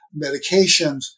medications